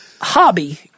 hobby